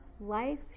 life